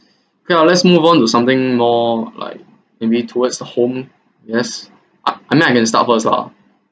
okay lah let's move on to something more like may be towards the home yes ah I meant I can start first lah